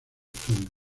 turno